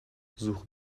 suche